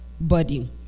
body